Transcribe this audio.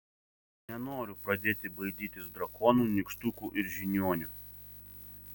nenoriu pradėti baidytis drakonų nykštukų ir žiniuonių